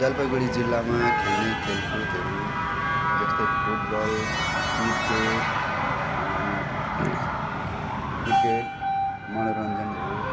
जलपाइगुडी जिल्लामा खेल्ने खेलकुदहरू जस्तै फुटबल क्रिकेट क्रिकेट मनोरञ्जनहरू